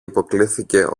υποκλίθηκε